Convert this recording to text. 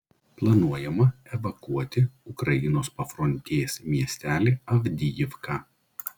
planuojama evakuoti ukrainos pafrontės miestelį avdijivką